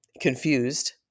confused